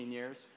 years